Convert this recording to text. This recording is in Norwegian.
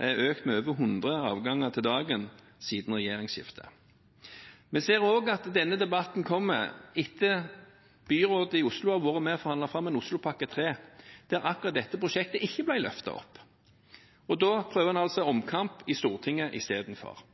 er økt med over 100 avganger for dagen siden regjeringsskiftet. Vi ser også at denne debatten kommer etter at byrådet i Oslo har vært med og forhandlet fram Oslopakke 3, der akkurat dette prosjektet ikke ble løftet opp, og da prøver en altså omkamp i Stortinget istedenfor.